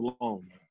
alone